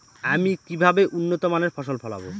আমি কিভাবে উন্নত মানের ফসল ফলাবো?